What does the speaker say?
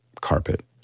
carpet